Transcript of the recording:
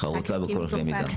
ח"כ קינלי טור פז,